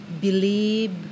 believe